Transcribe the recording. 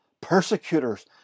persecutors